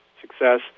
success